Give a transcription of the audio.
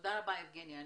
תודה רבה, יבגניה.